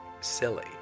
silly